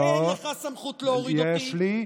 אין לך סמכות להוריד אותי, יש לי.